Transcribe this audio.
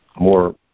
more